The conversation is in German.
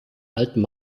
alten